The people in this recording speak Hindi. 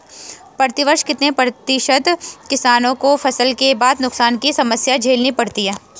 प्रतिवर्ष कितने प्रतिशत किसानों को फसल के बाद नुकसान की समस्या झेलनी पड़ती है?